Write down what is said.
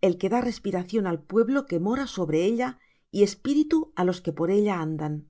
el que da respiración al pueblo que mora sobre ella y espíritu á los que por ella andan